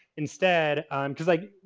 instead because like,